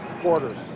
quarters